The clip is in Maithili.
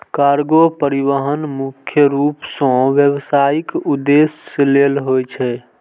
कार्गो परिवहन मुख्य रूप सं व्यावसायिक उद्देश्य लेल होइ छै